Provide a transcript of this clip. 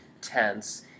tense